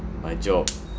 my job